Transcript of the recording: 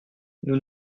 nous